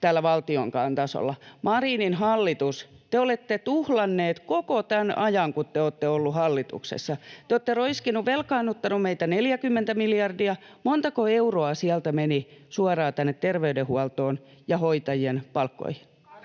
täällä valtionkaan tasolla. Marinin hallitus, te olette tuhlanneet koko tämän ajan, kun te olette olleet hallituksessa. Te olette roiskineet, velkaannuttaneet meitä 40 miljardilla. Montako euroa sieltä meni suoraan terveydenhuoltoon ja hoitajien palkkoihin?